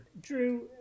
Drew